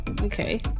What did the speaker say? okay